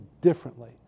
differently